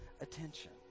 attention